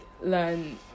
learn